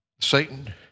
Satan